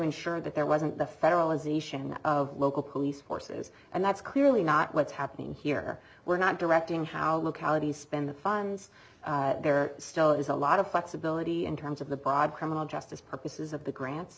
ensure that there wasn't the federal of local police forces and that's clearly not what's happening here we're not directing how localities spend the funds there still is a lot of flexibility in terms of the bob criminal justice purposes of the grants